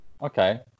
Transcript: Okay